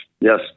Yes